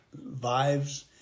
vibes